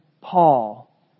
Paul